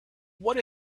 what